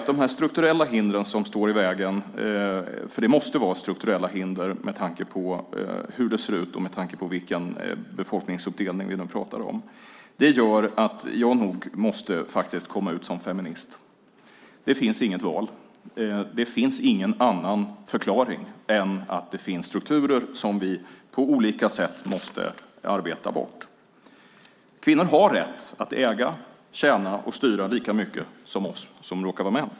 De strukturella hinder som står i vägen - det måste vara strukturella hinder med tanke på hur det ser ut och med tanke på den befolkningsutdelning vi pratar om - gör att jag måste komma ut som feminist. Det finns inget annat val. Det finns ingen annan förklaring än att det finns strukturer som vi på olika sätt måste arbeta bort. Kvinnor har rätt att äga, tjäna och styra lika mycket som vi som råkar vara män.